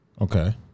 Okay